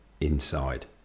inside